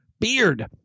beard